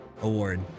Award